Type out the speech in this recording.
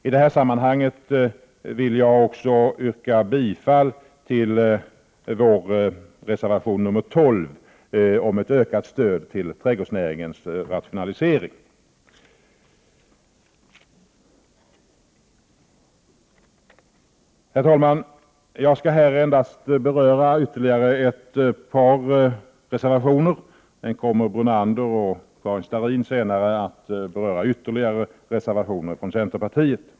I detta sammanhang vill jag yrka bifall till reservation 12 om en ökning av stödet till trädgårdsnäringens rationalisering. Herr talman! Jag skall beröra endast ytterligare ett par reservationer. Senare kommer Lennart Brunander och Karin Starrin att beröra andra reservationer från centerpartiet.